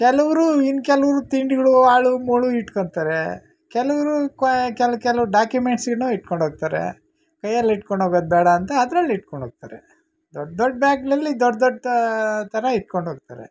ಕೆಲವ್ರು ಇನ್ನು ಕೆಲವ್ರು ತಿಂಡಿಗಳೂ ಹಾಳೂ ಮೂಳೂ ಇಟ್ಕೊತಾರೆ ಕೆಲವ್ರು ಕೆಲ ಕೆಲ ಡಾಕಿಮೆಂಟ್ಸಿನ್ನೂ ಇಟ್ಕೊಂಡು ಹೋಗ್ತಾರೆ ಕೈಯಲ್ಲಿ ಇಟ್ಕೊಂಡು ಹೋಗೋದ್ ಬೇಡ ಅಂತ ಅದರಲ್ಲಿ ಇಟ್ಕೊಂಡು ಹೋಗ್ತಾರೆ ದೊಡ್ಡ ದೊಡ್ಡ ಬ್ಯಾಗ್ಗಳಲ್ಲಿ ದೊಡ್ಡ ದೊಡ್ದು ಥರ ಇಟ್ಕೊಂಡು ಹೋಗ್ತಾರೆ